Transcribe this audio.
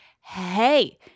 hey